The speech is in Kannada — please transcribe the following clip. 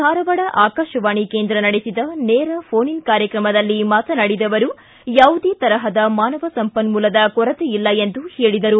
ಧಾರವಾಡ ಆಕಾಶಾವಾಣಿ ಕೇಂದ್ರ ನಡೆಸಿದ ನೇರ ಫೋನ್ ಇನ್ ಕಾರ್ಯಕ್ರಮದಲ್ಲಿ ಮಾತನಾಡಿದ ಅವರು ಯಾವುದೇ ತರಹದ ಮಾನವ ಸಂಪನ್ಮೂಲದ ಕೊರತೆ ಇಲ್ಲ ಎಂದು ಹೇಳಿದರು